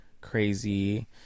crazy